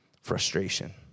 frustration